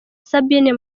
sabine